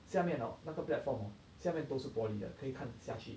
下面 orh 那个 platform orh 下面都是玻璃的可以看下去